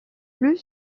plus